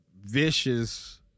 vicious